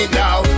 now